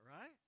right